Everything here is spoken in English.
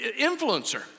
influencer